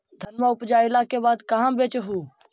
धनमा उपजाईला के बाद कहाँ बेच हू?